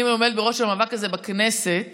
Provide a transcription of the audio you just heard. אני עומדת בראש המאבק הזה בכנסת,